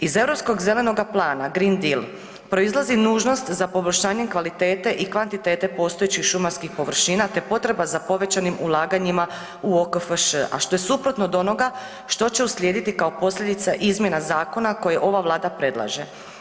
Iz Europskog zelenog plana Greendeal proizlazi nužnost za poboljšanjem kvalitete i kvantitete postojećih šumarskih površina te potreba za povećanim ulaganjima u OKFŠ, a što je suprotno od onoga što će uslijediti kao posljedica izmjena zakona koje ova Vlada predlaže.